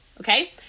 Okay